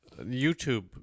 YouTube